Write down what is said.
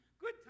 Good